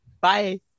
Bye